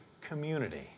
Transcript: community